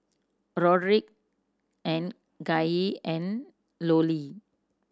Roderick and Gaye and Lollie